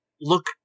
look